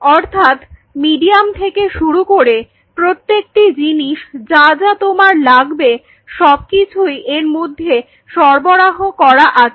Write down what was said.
অর্থাৎ মিডিয়াম থেকে শুরু করে প্রত্যেকটি জিনিস যা যা তোমার লাগবে সবকিছুই এর মধ্যে সরবরাহ করা আছে